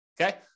Okay